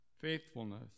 faithfulness